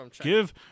Give